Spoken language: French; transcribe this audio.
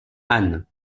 anne